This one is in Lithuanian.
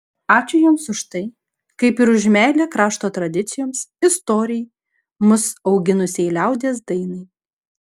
ačiū jiems už tai kaip ir už meilę krašto tradicijoms istorijai mus auginusiai liaudies dainai